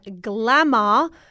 Glamour